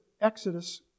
Exodus